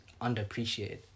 underappreciated